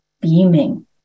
beaming